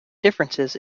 differences